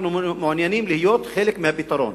אנחנו מעוניינים להיות חלק מהפתרון.